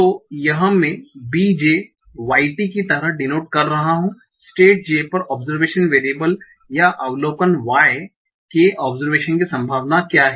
तो यह मैं b j y t की तरह डिनोट कर रहा हूं स्टेट j पर ऑबसर्वेशन वेरियबल या अवलोकन y के ओबसरवेशन की संभावना क्या है